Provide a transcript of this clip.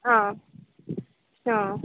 ಹಾಂ ಹಾಂ